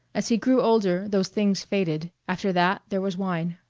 as he grew older those things faded after that there was wine.